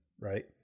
Right